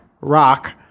rock